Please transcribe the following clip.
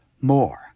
more